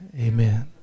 Amen